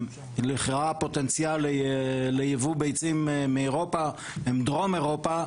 לכאורה פוטנציאל לייבוא ביצים מדרום אירופה,